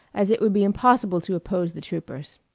as it would be impossible to oppose the troopers.